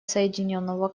соединенного